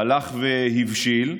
הלך והבשיל,